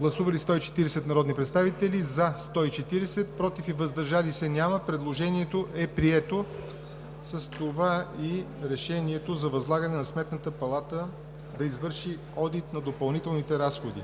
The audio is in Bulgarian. Гласували 140 народни представители: за 140, против и въздържали се няма. Предложението е прието, а с това и Решението за възлагане на Сметната палата да извърши одит на допълнителните разходи.